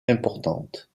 importante